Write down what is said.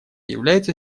является